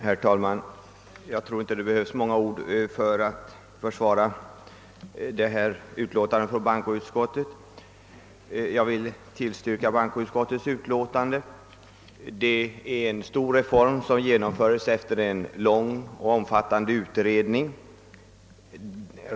Herr talman! Jag tror inte att det behövs många ord för att försvara detta utlåtande från bankoutskottet. Jag ber alltså att få yrka bifall till bankoutskottets hemställan. Förslaget innebär en stor reform, som genomförs efter en lång och omfattande utredning.